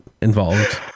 involved